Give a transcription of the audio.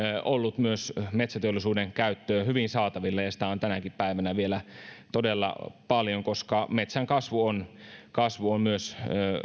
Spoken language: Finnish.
ollut myös metsäteollisuuden käyttöön hyvin saatavilla ja sitä on tänäkin päivänä vielä todella paljon koska metsän kasvu on kasvu on myös